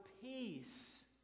peace